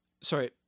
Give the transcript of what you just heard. sorry